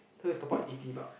so you top up eighty bucks